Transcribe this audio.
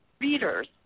readers